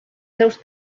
seus